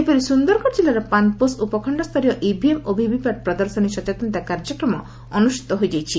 ସେହିପରି ସୁନ୍ଦରଗଡ଼ କିଲ୍ଲାର ପାନପୋଷ ଉପଖଣ୍ଡସ୍ଠରୀୟ ଇଭିଏମ୍ ଓ ଭିଭିପାଟ୍ ପ୍ରଦର୍ଶନୀ ସଚେତନତା କାର୍ଯ୍ୟକ୍ରମ ଅନୁଷିତ ହୋଇଯାଇଛି